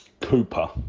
Cooper